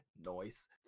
noise